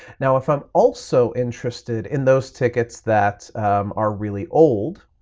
now, if i'm also interested in those tickets that are really old,